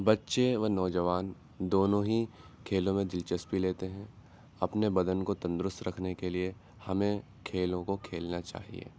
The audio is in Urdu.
بچے و نوجوان دونوں ہی کھیلوں میں دلچسپی لیتے ہیں اپنے بدن کو تندرست رکھنے کے لیے ہمیں کھیلوں کو کھیلنا چاہیے